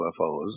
UFOs